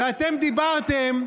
ואתם דיברתם,